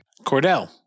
Cordell